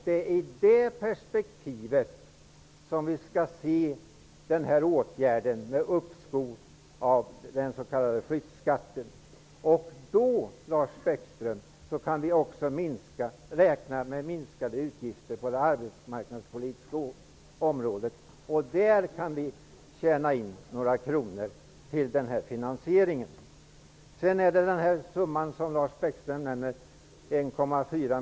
Det är i det perspektivet som vi skall se reglerna för uppskov av den s.k. flyttskatten. Då, Lars Bäckström, kan vi också räkna med minskade utgifter på det arbetsmarknadspolitiska området. Där kan vi tjäna in några kronor till den här finansieringen.